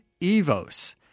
Evos